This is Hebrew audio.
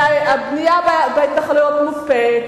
שהבנייה בהתנחלויות מוקפאת,